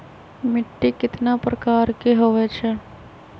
मिट्टी कतना प्रकार के होवैछे?